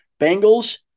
Bengals